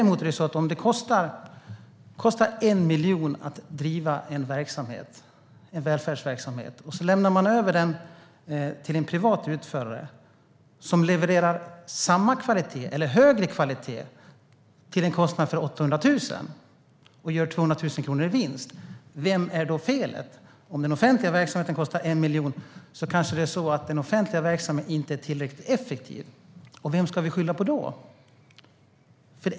Men om det kostar 1 miljon att driva en välfärdsverksamhet och man lämnar över den till en privat utförare som levererar samma eller högre kvalitet till en kostnad av 800 000 och gör 200 000 kronor i vinst, var är då felet? Om den offentliga verksamheten kostar 1 miljon kanske den inte är tillräckligt effektiv. Vem ska vi skylla på då?